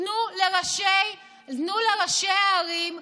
תנו לראשי הערים כוח,